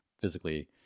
physically